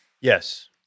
yes